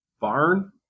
Barn